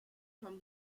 from